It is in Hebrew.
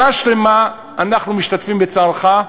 שנה שלמה אנחנו משתתפים בצערך.